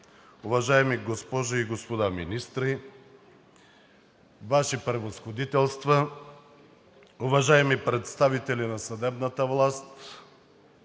уважаеми госпожи и господа министри, Ваши Превъзходителства, уважаеми представители на съдебната власт,